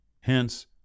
Hence